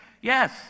Yes